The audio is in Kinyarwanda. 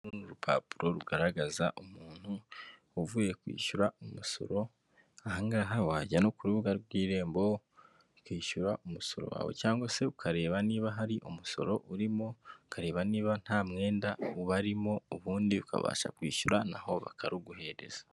Uru ni rupapuro rugaragaza umuntu uvuye kwishyura umusoro, aha ngaha wajya no ku rubuga rw'irembo ukishyura umusoro wawe cyangwa se ukareba niba hari umusoro urimo, ukareba niba nta mwenda ubarimo ubundi ukabasha kwishyura naho bakaruguhereza.